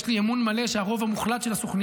יש לי אמון מלא שהרוב המוחלט של הסוכנים